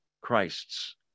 Christs